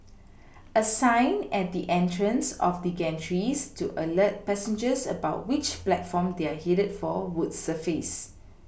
a sign at the entrance of the gantries to alert passengers about which platform they are headed for would suffice